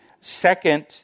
Second